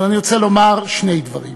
ואני רוצה לומר שני דברים: